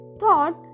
thought